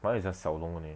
mine is just 小龙 only